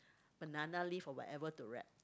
banana leaf or whatever to wrap